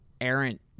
errant